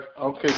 Okay